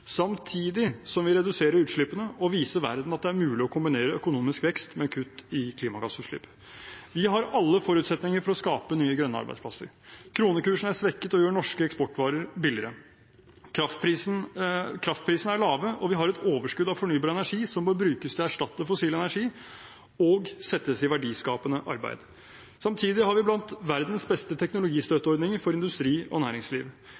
samtidig som vi reduserer utslippene og viser verden at det er mulig å kombinere økonomisk vekst med kutt i klimagassutslipp. Vi har alle forutsetninger for å skape nye, grønne arbeidsplasser. Kronekursen er svekket og gjør norske eksportvarer billigere. Kraftprisene er lave, og vi har et overskudd av fornybar energi som må brukes til å erstatte fossil energi og settes i verdiskapende arbeid. Samtidig har vi blant verdens beste teknologistøtteordninger for industri og næringsliv.